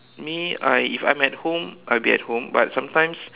me I if I'm at home I'll be at home but sometimes